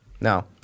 No